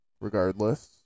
regardless